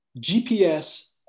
GPS